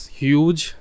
huge